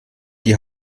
die